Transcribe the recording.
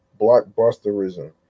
blockbusterism